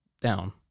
down